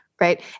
right